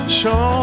show